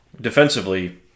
defensively